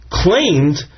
claimed